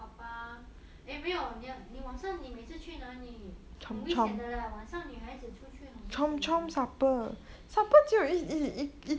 好吧 eh 没有你晚上你每次去哪里很危险的 leh 晚上女孩子出去很危险的